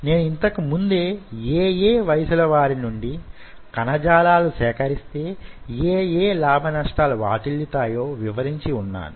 నేను ఇంతకు ముందే యే యే వయసుల వారినుండి కణజాలాలు సేకరిస్తే యే యే లాభ నష్టాలు వాటిల్లుతాయో వివరించి వున్నాను